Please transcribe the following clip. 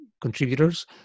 contributors